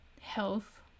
health